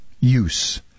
use